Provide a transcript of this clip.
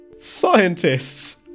Scientists